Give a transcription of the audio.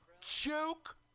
Joke